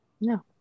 no